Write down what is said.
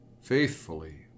faithfully